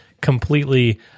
completely